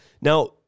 Now